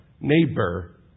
neighbor